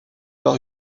par